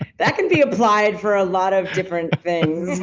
that can be applied for a lot of different things.